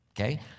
okay